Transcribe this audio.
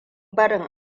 barin